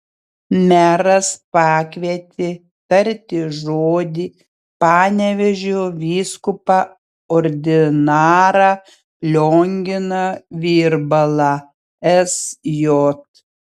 meras pakvietė tarti žodį panevėžio vyskupą ordinarą lionginą virbalą sj